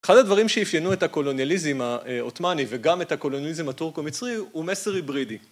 אחד הדברים שאפיינו את הקולוניאליזם העותמני וגם את הקולוניאליזם הטורקו-מצרי הוא מסר היברידי.